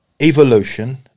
evolution